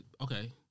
Okay